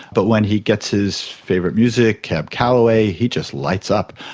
but when he gets his favourite music, cab calloway, he just lights up,